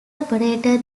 operator